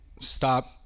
stop